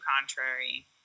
contrary